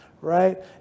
right